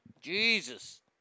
Jesus